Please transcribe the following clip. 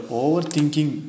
overthinking